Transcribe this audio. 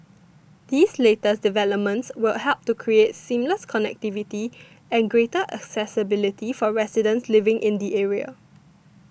these latest developments will help to create seamless connectivity and greater accessibility for residents living in the area